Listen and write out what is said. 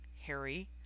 Harry